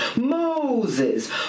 Moses